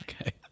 Okay